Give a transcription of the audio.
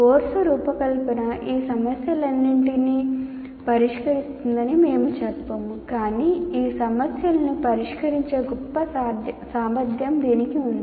course రూపకల్పన ఈ సమస్యలన్నింటినీ పరిష్కరిస్తుందని మేము చెప్పము కాని ఈ సమస్యలను పరిష్కరించే గొప్ప సామర్థ్యం దీనికి ఉంది